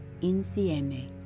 Insieme